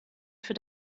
für